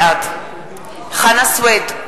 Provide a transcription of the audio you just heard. בעד חנא סוייד,